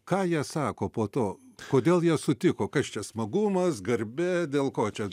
ką jie sako po to kodėl jie sutiko kas čia smagumas garbė dėl ko čia